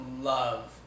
love